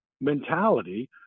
mentality